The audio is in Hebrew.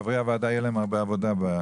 לחברי הוועדה תהיה הרבה עבודה.